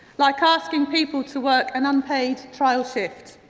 like asking people to work an unpaid trial shift.